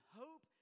hope